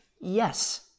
Yes